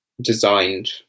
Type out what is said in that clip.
designed